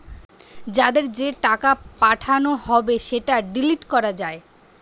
যাদের যে টাকা পাঠানো হবে সেটা ডিলিট করা যায়